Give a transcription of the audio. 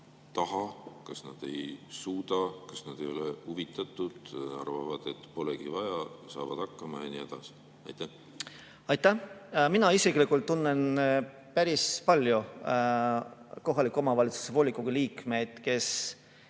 taha, kas nad ei suuda, kas nad ei ole huvitatud, arvavad, et polegi vaja, saavad hakkama ja nii edasi? Aitäh! Mina isiklikult tunnen päris paljusid kohaliku omavalitsuse volikogu liikmeid, kes